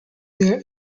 there